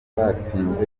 batsinze